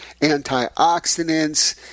antioxidants